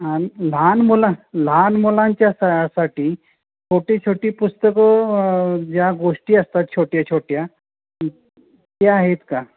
आणि लहान मुला लहान मुलांच्या सा साठी छोटी छोटी पुस्तकं ज्या गोष्टी असतात छोट्या त्या आहेत का